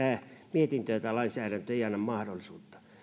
mietintö tai lainsäädäntö ei anna mahdollisuutta